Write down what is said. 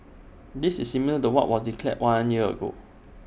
this is similar to what was declared one year ago